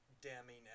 damning